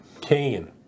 Kane